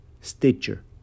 Stitcher